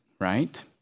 right